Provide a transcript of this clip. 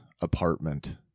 apartment